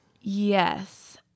Yes